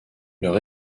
leur